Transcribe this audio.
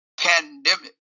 pandemic